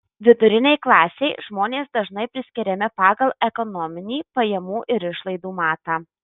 vidurinei klasei žmonės dažnai priskiriami pagal ekonominį pajamų ir išlaidų matą